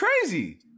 crazy